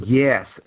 yes